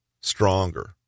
stronger